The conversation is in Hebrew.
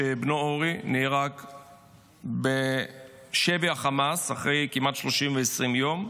שבנו אורי נהרג בשבי החמאס אחרי 320 יום.